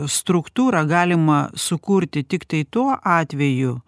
struktūrą galima sukurti tiktai tuo atveju